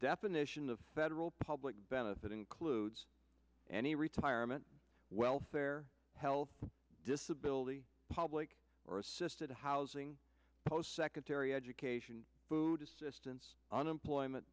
definition of federal public benefit includes any retirement welfare health disability public or assisted housing post secondary education food assistance unemployment